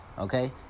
okay